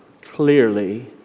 clearly